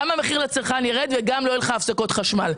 גם המחיר לצרכן יירד וגם לא יהיו לך הפסקות חשמל.